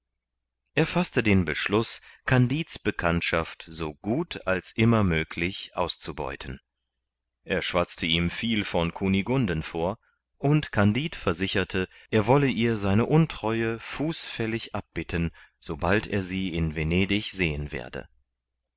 er faßte den beschluß kandid's bekanntschaft so gut als immer möglich auszubeuten er schwatze ihm viel von kunigunden vor und kandid versicherte er wolle ihr seine untreue fußfällig abbitten sobald er sie in venedig sehen werde